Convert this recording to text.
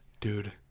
dude